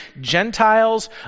Gentiles